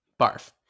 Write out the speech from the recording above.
Barf